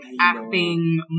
acting